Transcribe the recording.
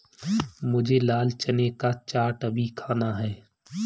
मुझे लाल चने का चाट अभी खाना है